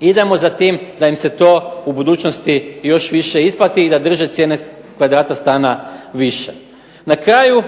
idemo za tim da im se to u budućnosti još više isplati i da drže cijene kvadrata stana više. Na kraju